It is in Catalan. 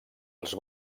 els